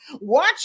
Watch